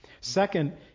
Second